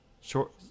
short